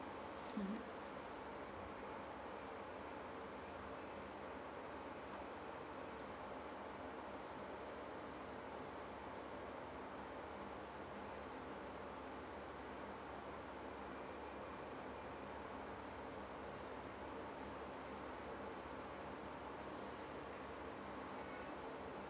mm